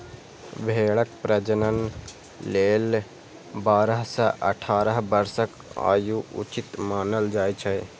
भेड़क प्रजनन लेल बारह सं अठारह वर्षक आयु उचित मानल जाइ छै